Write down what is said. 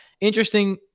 Interesting